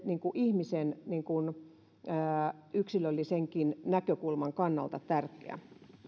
ihmisen yksilöllisenkin näkökulman kannalta tärkeää